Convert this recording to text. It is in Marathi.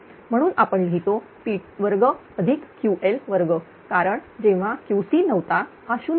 म्हणून आपण लिहितो P2Ql2 कारण जेव्हा QC नव्हता हा 0 होता